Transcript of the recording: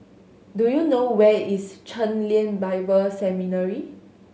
do you know where is Chen Lien Bible Seminary